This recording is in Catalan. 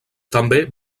també